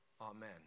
Amen